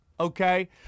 Okay